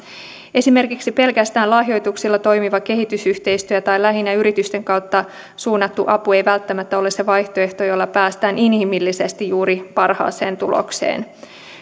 esimerkiksi pelkästään lahjoituksilla toimiva kehitysyhteistyö tai lähinnä yritysten kautta suunnattu apu ei välttämättä ole se vaihtoehto jolla päästään inhimillisesti juuri parhaaseen tulokseen